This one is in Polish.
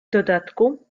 dodatku